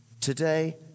today